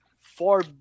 four